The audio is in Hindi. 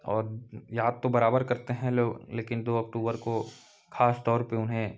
और याद तो बराबर करते हैं लोग लेकिन दो अक्टूबर को खास तौर पर उन्हें